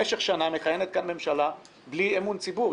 במשך שנה מכהנת כאן ממשלה בלי אמון ציבור.